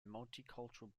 multicultural